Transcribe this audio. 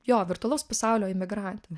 jo virtualaus pasaulio imigrantė